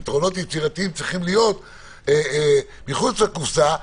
פתרונות יצירתיים צריכים להיות מחוץ לקופסה,